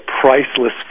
priceless